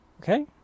okay